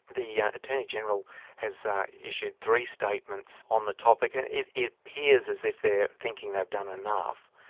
the yeah attorney general has issued three statements on the topic and it it appears as if they're thinking they've done enough.